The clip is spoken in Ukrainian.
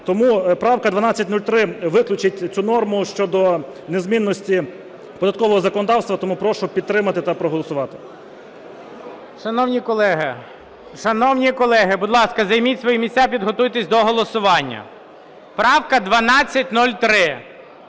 Тому правка 1203 виключить цю норму щодо незмінності податкового законодавства, тому прошу підтримати та проголосувати. ГОЛОВУЮЧИЙ. Шановні колеги, будь ласка, займіть свої місця, підготуйтеся до голосування. Правка 1203,